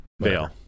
Veil